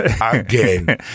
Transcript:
again